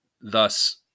thus